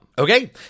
Okay